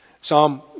Psalm